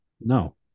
No